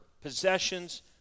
possessions